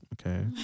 okay